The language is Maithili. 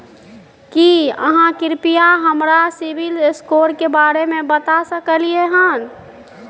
की आहाँ कृपया हमरा सिबिल स्कोर के बारे में बता सकलियै हन?